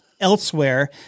elsewhere